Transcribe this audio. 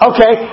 Okay